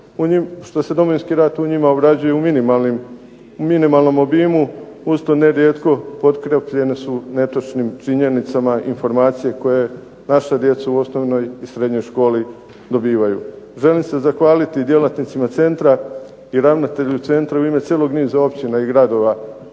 što se Domovinski rat u njima obrađuje u minimalnom obimu, uz to nerijetko potkrepljene su netočnim činjenicama informacije koje naša djeca u osnovnoj i srednjoj školi dobivaju. Želim se zahvaliti djelatnicima centra i ravnatelju centra u ime cijelog niza općina i gradova